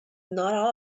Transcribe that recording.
not